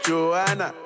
Joanna